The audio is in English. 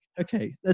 okay